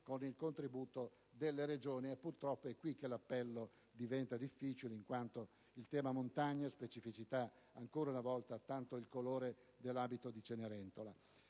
con il contributo delle Regioni. Purtroppo, è qui che l'appello diventa difficile, in quanto il tema montagna e specificità ancora una volta ha tanto il colore dell'abito di Cenerentola.